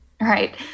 Right